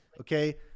Okay